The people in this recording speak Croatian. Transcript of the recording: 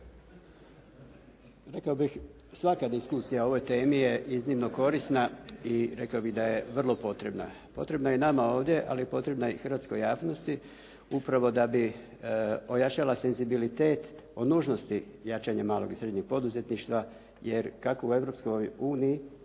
Rekao bih svaka diskusija o ovoj temi je iznimno korisna i rekao bih da je vrlo potrebna. Potrebna je nama ovdje, ali potrebna je i hrvatskoj javnosti upravo da bi ojačala senzibilitet o nužnosti jačanja malog i srednjeg poduzetništva, jer kako u